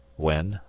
when,